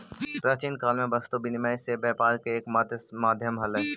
प्राचीन काल में वस्तु विनिमय से व्यापार के एकमात्र माध्यम हलइ